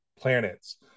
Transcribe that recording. planets